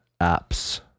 apps